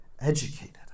educated